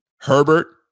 Herbert